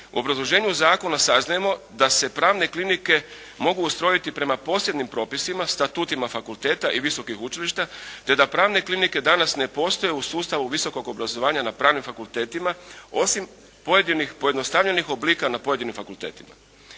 u obrazloženju zakona saznajemo da se pravne klinike mogu ustrojiti prema posebnim propisima, statutima fakulteta i visokih učilišta te da pravne klinike danas ne postoje u sustavu visokog obrazovanja na pravnim fakultetima osim pojedinih pojednostavljenih oblika na pojedinim fakultetima.